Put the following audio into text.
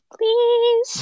Please